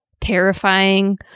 terrifying